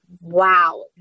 wow